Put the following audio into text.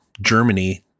Germany